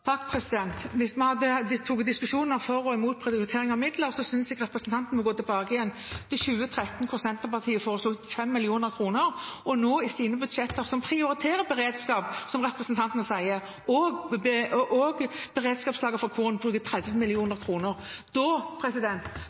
Hvis det hadde vært en diskusjon for og imot prioritering av midler, synes jeg representanten burde gå tilbake til 2013 da Senterpartiet foreslo 5 mill. kr, og nå i sine budsjetter, som prioriterer beredskap, som representanten sier, et beredskapslager for korn for 30 mill. kr, opplever jeg faktisk at det ikke er seriøst. Dette vil koste en halv milliard kroner,